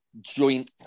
joint